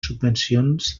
subvencions